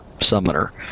Summoner